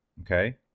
Okay